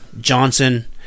Johnson